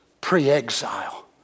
pre-exile